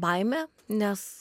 baimė nes